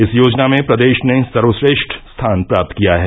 इस योजना में प्रदेश ने सर्वश्रेष्ठ स्थान प्राप्त किया है